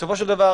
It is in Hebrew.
בסופו של דבר,